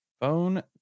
Phone